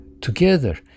together